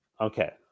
okay